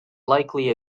likely